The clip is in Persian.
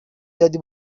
دادی